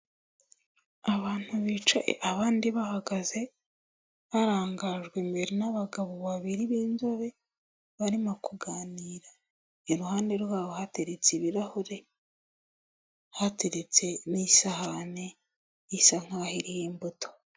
Abantu bicaye abandi bahagaze, barangajwe imbere n'abagabo babiri b'inzobe, barimo kuganira iruhande rwabo hateretse ibirahure, hateretse n'isahane isa nkaho iriho imbuto.